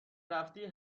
رفتی